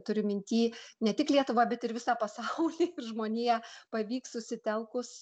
turiu minty ne tik lietuvą bet ir visą pasaulį ir žmoniją pavyks susitelkus